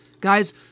guys